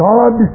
God